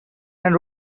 and